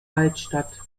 altstadt